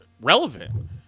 relevant